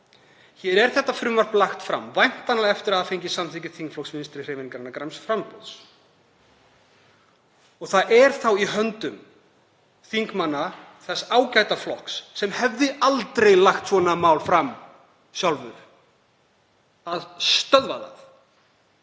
Hér er þetta frumvarp lagt fram, væntanlega eftir að hafa fengið samþykki þingflokks Vinstrihreyfingarinnar – græns framboðs. Það er þá í höndum þingmanna þess ágæta flokks, sem hefði aldrei lagt svona mál fram sjálfur, að stöðva það